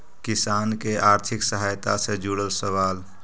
किसान के आर्थिक सहायता से जुड़ल सवाल?